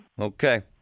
Okay